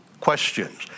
questions